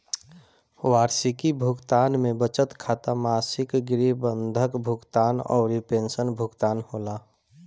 वार्षिकी भुगतान में बचत खाता, मासिक गृह बंधक भुगतान अउरी पेंशन भुगतान होला